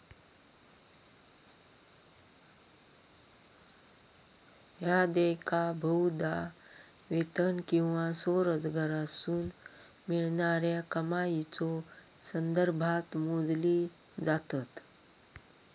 ह्या देयका बहुधा वेतन किंवा स्वयंरोजगारातसून मिळणाऱ्या कमाईच्यो संदर्भात मोजली जातत